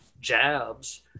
jabs